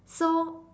so